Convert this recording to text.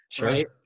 Right